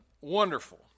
wonderful